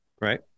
Right